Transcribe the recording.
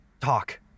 talk